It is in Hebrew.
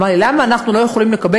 הוא אמר לי: למה אנחנו לא יכולים לקבל